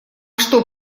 что